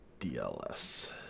DLS